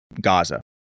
Gaza